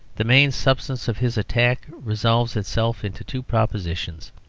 the main substance of his attack resolves itself into two propositions.